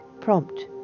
prompt